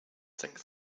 think